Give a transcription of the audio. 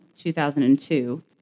2002